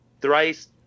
Thrice